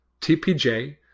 TPJ